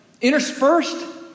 interspersed